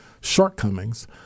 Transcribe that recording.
shortcomings